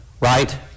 Right